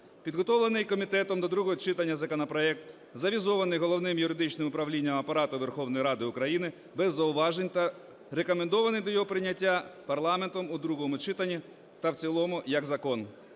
Підготовлений комітетом до другого читання законопроект завізований Головним юридичним управлінням Апарату Верховної Ради України без зауважень та рекомендований до його прийняття парламентом у другому читанні та в цілому як закон.